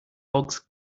logs